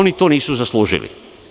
Oni to nisu zaslužili.